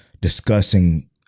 discussing